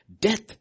death